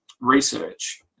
research